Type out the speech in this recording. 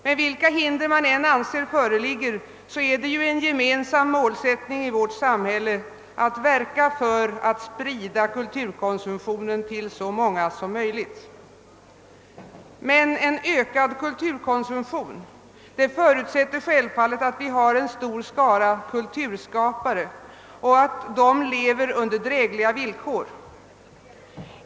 Men vilka hinder man än anser föreligga är det en gemensam målsättning i vårt samhälle att verka för att sprida kulturkonsumtionen till så många som möjligt. En ökad kulturkonsumtion förutsätter självfallet att vi har en stor skara kulturskapare och att de lever under drägliga villkor.